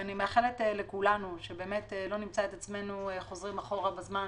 אני מאחלת לכולנו שלא נמצא את עצמנו חוזרים אחורה בזמן